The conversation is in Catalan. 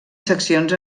seccions